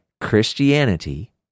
Christianity